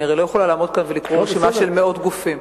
אני הרי לא יכולה לעמוד כאן ולקרוא רשימה של מאות גופים.